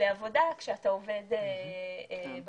לעבודה כשאתה עובד בבית,